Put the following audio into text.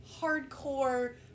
hardcore